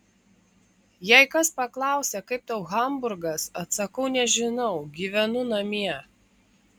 jei kas paklausia kaip tau hamburgas atsakau nežinau gyvenu namie